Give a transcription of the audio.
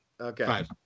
Okay